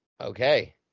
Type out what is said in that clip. Okay